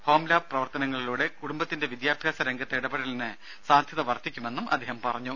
home lab പ്രവർത്തനങ്ങളിലൂടെ കുടുംബത്തിന്റെ വിദ്യാഭ്യാസ രംഗത്തെ ഇടപെടലിന് സാധ്യത വർദ്ധിക്കുമെന്നും അദ്ദേഹം പറഞ്ഞു